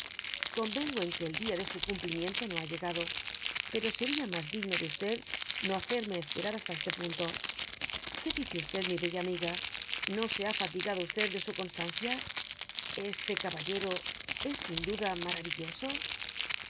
convengo en que el dia de su cumplimiento no ha llegado pero seria mas digno de no hacerme esperar hasta este punto qué dice e mi beua amiga no se ha fatigado de su constancia este caballero es sin duda